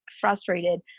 frustrated